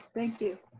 thank you,